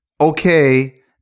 okay